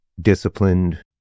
disciplined